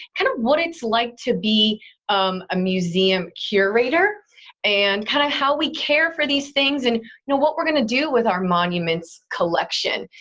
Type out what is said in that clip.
kind of what it's like to be um a museum curator and kind of how we care for these things and what we are going to do with our monuments collection.